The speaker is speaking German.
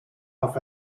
auf